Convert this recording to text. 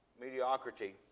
mediocrity